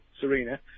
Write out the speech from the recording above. Serena